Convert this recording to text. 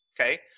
Okay